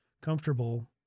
comfortable